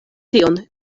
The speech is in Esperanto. tion